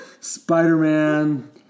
Spider-Man